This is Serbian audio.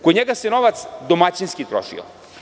Kod njega se novac domaćinski trošio.